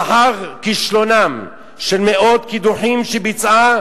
לאחר כישלונם של מאות קידוחים שביצעה